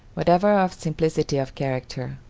whatever of simplicity of character,